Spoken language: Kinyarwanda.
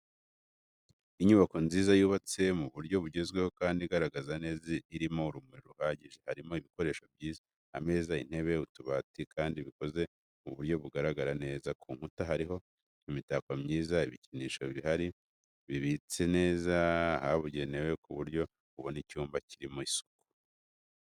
Inyubako nziza yubatse mu buryo bugezweho kandi igaragara neza irimo urumuri ruhagije, harimo ibikoresho byiza, ameza, intebe, utubati kandi bikoze mu buryo bugaragara neza, ku nkuta hariho imitako myiza, ibikinisho bihari bibitse neza ahabugenewe ku buryo ubona icyumba kirimo isuku.